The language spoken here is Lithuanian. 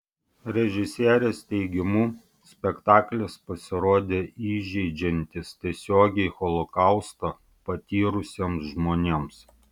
režisierės teigimu spektaklis pasirodė įžeidžiantis tiesiogiai holokaustą patyrusiems žmonėms